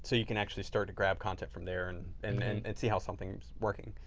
so you can actually start to grab content from there and and and and see how something's working.